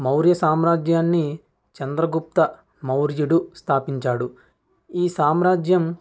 మౌర్య సామ్రాజ్యాన్ని చంద్రగుప్త మౌర్యుడు స్థాపించాడు ఈ సామ్రాజ్యం